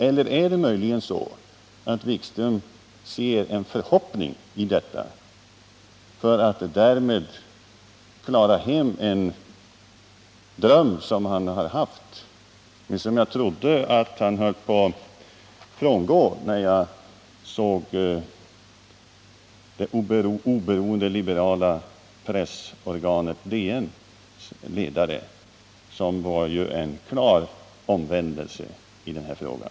Eller ser möjligen herr Wikström i detta en förhoppning att klara hem en dröm som han har haft, men som jag trodde att han höll på att frångå då jag såg det oberoende liberala pressorganet DN:s ledare, som visade en klar omvändelse i den här frågan?